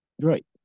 Right